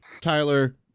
Tyler